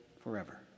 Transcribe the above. forever